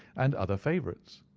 and other favourites.